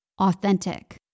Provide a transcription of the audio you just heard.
authentic